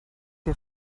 der